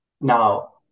Now